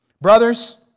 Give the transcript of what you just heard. Brothers